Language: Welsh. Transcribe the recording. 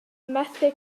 methu